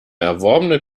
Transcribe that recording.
erworbene